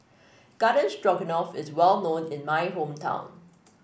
Garden Stroganoff is well known in my hometown